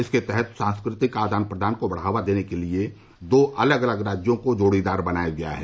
इसके तहत सांस्कृतिक आदान प्रदान को बढ़ावा देने के लिए दो अलग अलग राज्यों को जोड़ीदार बनाया गया है